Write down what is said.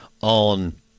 on